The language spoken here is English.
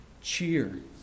cheer